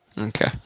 Okay